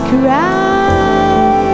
cry